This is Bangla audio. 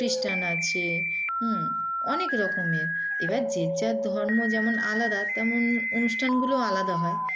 খ্রিস্টান আছে হুম অনেক রকমের এবার যে যার ধর্ম যেমন আলাদা তেমন অনুষ্ঠানগুলো আলাদা হয়